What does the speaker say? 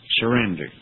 surrender